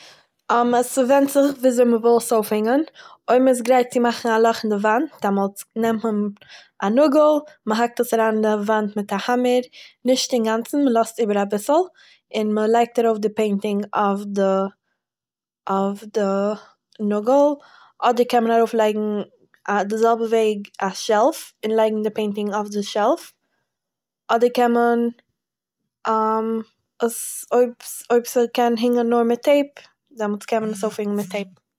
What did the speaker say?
ס'ווענדט זיך וויאזוי מ'וויל עס אויפהענגען, אויב מ'איז גרייט צו מאכן א לאך אין די וואנט דעמאלטס נעמט מען א נאגל, מ'האקט עס אריין אין די וואנט מיט א האמער, נישט אינגאנצן - מ'לאזט איבער אביסל, און מ'לייגט ארויף די פעינטינג אויף די- אויף די נאגל, אדער קען מען ארויפלייגן א- די זעלבע וועג א שעלף, און לייגן די פעינטינג אויף די שעלף, אדער קען מען עס אויב- אויב ס'- אויב ס'קען הענגען נאר מיט טייפ - דעמאלטס קען מען עס אויפהענגען מיט טייפ